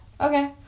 Okay